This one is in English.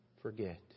forget